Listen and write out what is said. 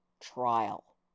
trial